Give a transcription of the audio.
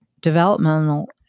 developmental